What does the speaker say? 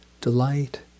delight